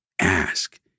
Ask